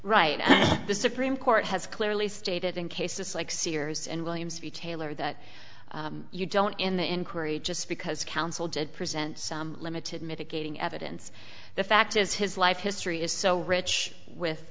right the supreme court has clearly stated in cases like sears and williams v taylor that you don't in the inquiry just because counsel did present some limited mitigating evidence the fact is his life history is so rich with